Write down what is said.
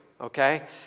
Okay